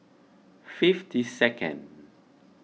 fifty second